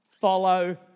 follow